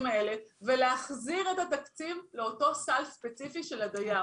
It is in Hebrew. האלה ולהחזיר את התקציב לאותו סל ספציפי של הדייר,